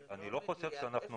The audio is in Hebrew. אני לא חושב שאנחנו